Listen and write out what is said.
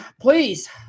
please